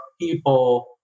people